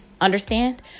Understand